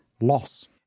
loss